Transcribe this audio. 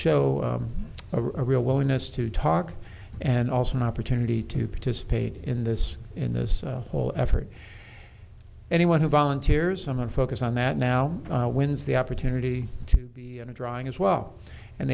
show a real willingness to talk and also an opportunity to participate in this in this whole effort anyone who volunteers someone focus on that now wins the opportunity in a drawing as well and